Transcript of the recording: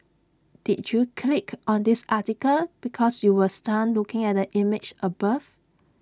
did you click on this article because you were stunned looking at the image above